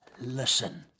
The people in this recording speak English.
listen